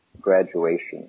graduation